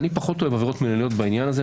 פחות אוהב עבירות מינהליות בעניין הזה,